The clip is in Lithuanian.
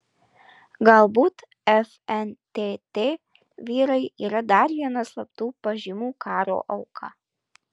galbūt fntt vyrai yra dar viena slaptų pažymų karo auka